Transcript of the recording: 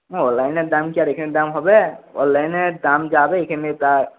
ও অনলাইনের দাম কি আর এখানের দাম হবে অনলাইনের দাম যা হবে এখানে তার